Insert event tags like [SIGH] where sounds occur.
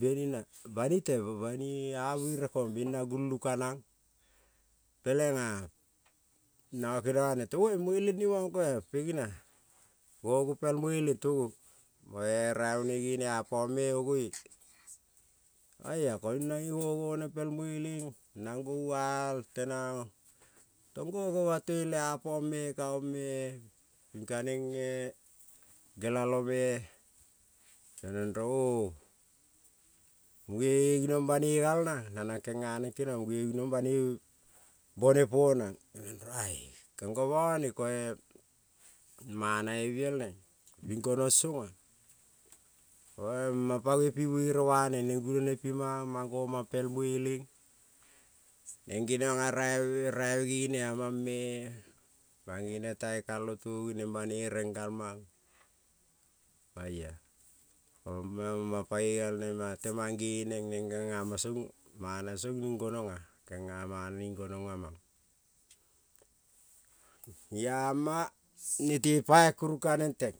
benina banite bani-i-a vere kong ben-na gulung ka-nang, pelenga- nang- nga keniong aneng tong ve-ei mueleng ne mang-ko pegina gongo pel mueleng tongo mo-e raivonoi gene apang-me ogo-e oia koiung nange ngo go-neng pel mueleng nang-go-val tenang tong go-gova le apangme kaong-me ka-neng [HESITATION] gelo-me ka-neng rong [HESITATION] muge ginong banoi galnang na nang kenga neng keniong muge ginong banoi bone po-nang geniong rong [HESITATION] gengo mo-ne koe man-nave biel neng bing gonong songa-a o-e mang pangong pi vere vaneng neng gunone pi-mang mang gomang pel mueleng neng gening-a raive, raive gene amangme mang-geneng taekalong tongi neng banoi ieng-gal mang, oia [UNINTELLIGIBLE] tem-mang geneng neng gengama song mana song ning gonong-a genga mana ning gonong amang i-ama nete pai kurung ka-neng teng.